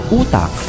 utak